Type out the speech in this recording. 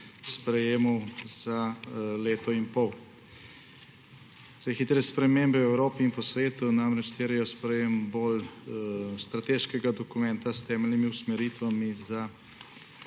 sprejemal za leto in pol. Hitre spremembe v Evropi in po svetu namreč terjajo sprejetje bolj strateškega dokumenta s temeljnimi usmeritvami za